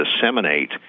disseminate